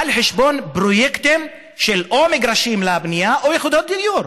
על חשבון פרויקטים של מגרשים לבנייה או יחידות דיור.